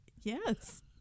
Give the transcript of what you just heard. yes